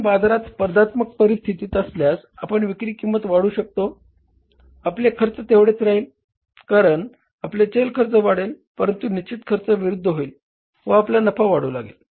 आपण बाजारात स्पर्धात्मक परिस्थितीत असल्यास आपण विक्री किंमत वाढवू शकतो आणि आपले खर्च तेवढेच राहील कारण आपले चल खर्च वाढेल परंतु निश्चित खर्च विरुद्ध होईल व आपला नफा वाढू लागेल